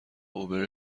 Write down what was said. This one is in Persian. اوبر